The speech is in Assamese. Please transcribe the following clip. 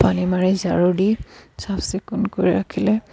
পানী মাৰি ঝাৰু দি চাফ চিকুণ কৰি ৰাখিলে